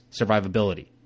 survivability